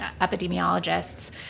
epidemiologists